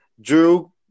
Drew